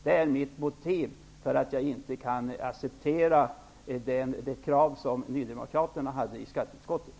Det är alltså mitt motiv när jag säger att jag inte kan acceptera